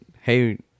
hey